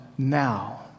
Now